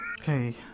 Okay